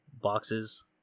boxes